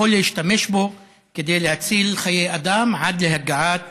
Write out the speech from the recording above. יכול להשתמש בו כדי להציל חיי אדם עד להגעת